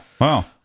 wow